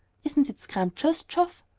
isn't it scrumptious, geoff?